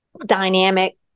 dynamic